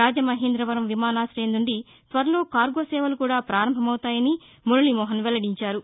రాజమహేంద్రవరం విమానాశయం నుండి త్వరలో కార్గో సేవలు కూడా పారంభమౌతాయని మురళీ మోహన్ వెల్లడించారు